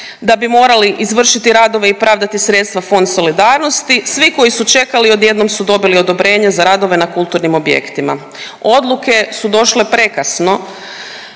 da bi morali izvršiti radove i pravdati sredstva Fond solidarnosti, svi koji su čekali odjednom su dobili odobrenje za radove na kulturnim objektima. Odluke su došle prekasno